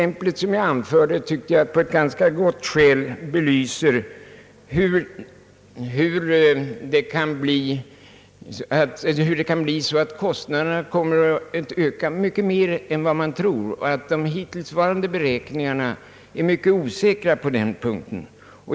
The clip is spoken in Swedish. Mitt exempel belyser att kostnaderna kan komma att öka mycket mer än man tror, och att de hittillsvarande beräkningarna är mycket osäkra på denna punkt.